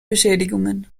beschädigungen